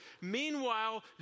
Meanwhile